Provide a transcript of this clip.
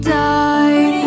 die